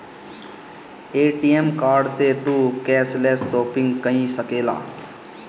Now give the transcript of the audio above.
ATM card से तू cashless shopping कई सकेला